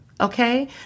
Okay